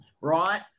Right